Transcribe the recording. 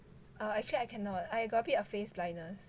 uh I actually I cannot I got a bit of face blindness